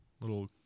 little